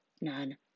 None